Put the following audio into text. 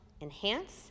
enhance